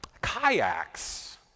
kayaks